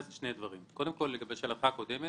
לגבי שאלתך הקודמת,